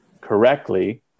correctly